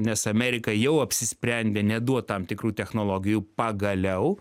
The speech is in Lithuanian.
nes amerika jau apsisprendė neduot tam tikrų technologijų pagaliau